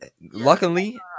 luckily